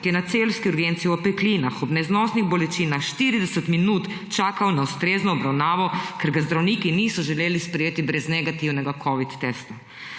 ki je na celjski urgenci v opeklinah, v neznosnih bolečinah 40 minut čakal na ustrezno obravnavo, ker ga zdravniki niso želeli sprejeti brez negativnega covid testa.